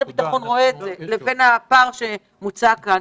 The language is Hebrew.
הביטחון רואה את זה לבין איך שהארגון רואה את זה,